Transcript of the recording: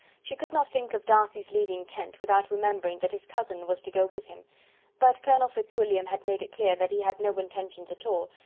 she could not think of darcy's leaving kent without remembering that his cousin was to go with him but colonel fitzwilliam had made it clear that he had no intentions at all,